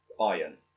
iron